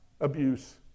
abuse